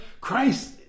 Christ